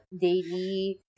daily